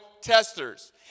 testers